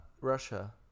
Russia